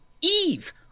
Eve